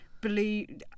believe